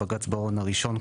בג"צ בראון הראשון,